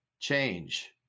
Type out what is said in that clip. change